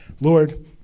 Lord